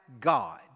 God